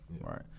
right